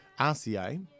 RCA